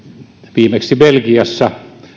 viimeksi belgiassa